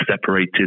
separated